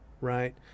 right